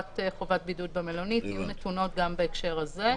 חובת בידוד במלונית יהיו נתונות גם בהקשר הזה.